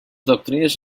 doctrines